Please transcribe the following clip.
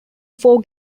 four